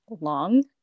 long